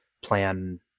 plan